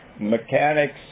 Mechanics